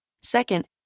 Second